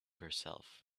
herself